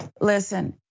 Listen